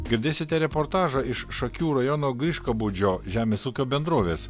girdėsite reportažą iš šakių rajono griškabūdžio žemės ūkio bendrovės